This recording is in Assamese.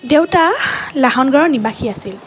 দেউতা লাহন গাঁৱৰ নিবাসী আছিল